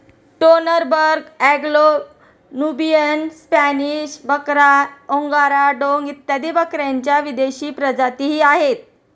Toggenburg, Anglo Nubian, Spanish बकरा, Angora डोंग इत्यादी बकऱ्यांच्या विदेशी प्रजातीही आहेत